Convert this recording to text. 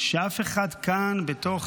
שאף אחד כאן בתוך,